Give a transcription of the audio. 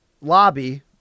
lobby